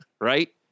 right